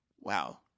wow